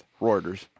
Reuters